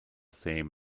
same